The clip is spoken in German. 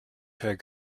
per